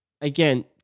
Again